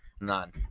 None